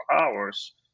hours